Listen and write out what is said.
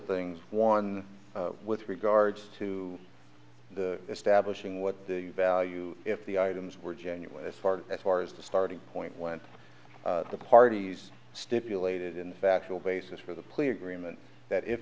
things one with regards to the establishing what the value if the items were genuine as far as far as the starting point went the parties stipulated in the factual basis for the plea agreement that if